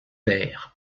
vers